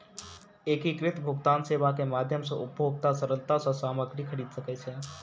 एकीकृत भुगतान सेवा के माध्यम सॅ उपभोगता सरलता सॅ सामग्री खरीद सकै छै